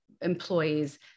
employees